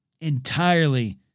entirely